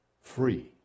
free